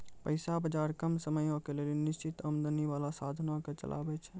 पैसा बजार कम समयो के लेली निश्चित आमदनी बाला साधनो के चलाबै छै